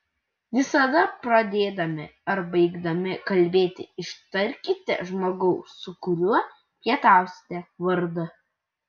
visada pradėdami ar baigdami kalbėti ištarkite žmogaus su kuriuo pietausite vardą